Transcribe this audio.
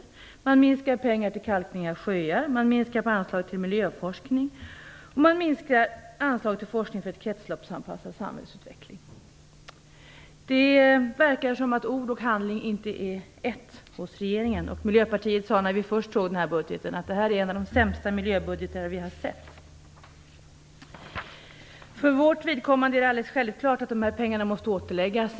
Det handlar om mindre pengar till kalkning av sjöar. Man minskar på anslaget till miljöforskning och på anslaget till forskning till förmån för en kretsloppsanpassad samhällsutveckling. Ord och handling verkar inte vara ett hos regeringen. Först när vi i Miljöpartiet såg budgeten sade vi att det är en av de sämsta miljöbudgetar som vi har sett. För vårt vidkommande menar vi att det är alldeles självklart att de här pengarna måste återläggas.